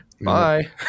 Bye